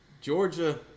Georgia